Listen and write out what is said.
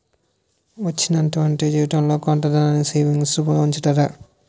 వచ్చినటువంటి జీవితంలో కొంత ధనాన్ని సేవింగ్స్ రూపంలో ఉంచుతారు